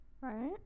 Right